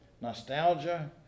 nostalgia